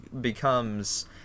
becomes